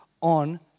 on